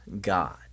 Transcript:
God